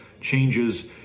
changes